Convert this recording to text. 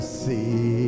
see